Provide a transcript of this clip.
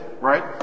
right